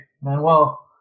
Manuel